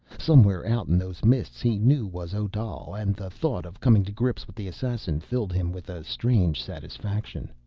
somewhere out in those mists, he knew, was odal. and the thought of coming to grips with the assassin filled him with a strange satisfaction.